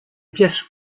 pièces